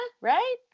right